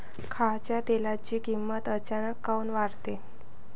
खाच्या तेलाची किमत अचानक काऊन वाढते?